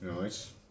Nice